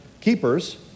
keepers